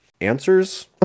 answers